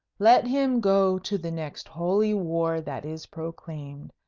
let him go to the next holy war that is proclaimed,